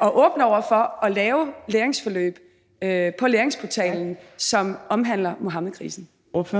og åbne over for at lave læringsforløb på læringsportalen, som omhandler Muhammedkrisen? Kl.